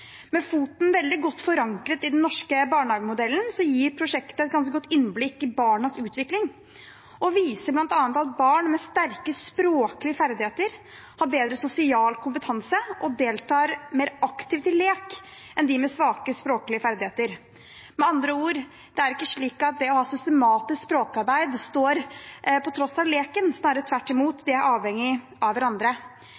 Med foten veldig godt forankret i den norske barnehagemodellen gir prosjektet et ganske godt innblikk i barnas utvikling og viser bl.a. at barn med sterke språklige ferdigheter har bedre sosial kompetanse og deltar mer aktivt i lek enn dem med svake språklige ferdigheter. Med andre ord: Det er ikke slik at det å ha systematisk språkarbeid går på bekostning av leken, snarere tvert imot,